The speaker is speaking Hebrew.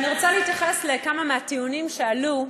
אני רוצה להתייחס לכמה מהטיעונים שעלו.